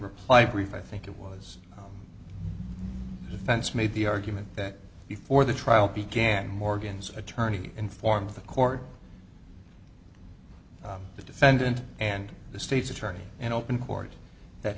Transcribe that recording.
reply brief i think it was defense made the argument that before the trial began morgan's attorney informed the court the defendant and the state's attorney in open court that